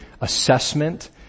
assessment